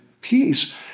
peace